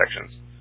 sections